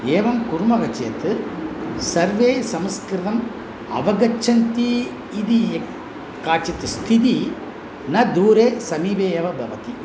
एवं कुर्मः चेत् सर्वे संस्कृतम् अवगच्छन्ति इति ए काचित् स्थितिः न दूरे समीपे एव भवति